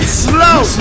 slow